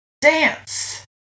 Dance